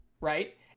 right